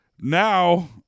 now